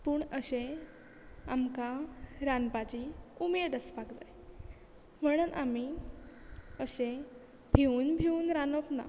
पूण अशे आमकां रांदपाची उमेद आसपाक जाय म्हणून आमी अशे भिवन भिवन रांदप ना